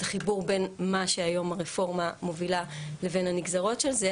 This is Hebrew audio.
החיבור מה שהיום הרפורמה מובילה לבין הנגזרות של זה,